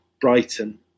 Brighton